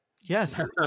Yes